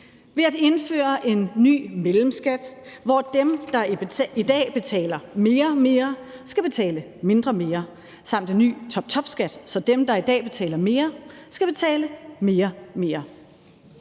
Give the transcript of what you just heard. ved at indføre en ny mellemskat, hvor dem, der i dag betaler mere mere, skal betale mindre mere, samt en ny toptopskat, så dem, der i dag betaler mere, skal betale mere mere.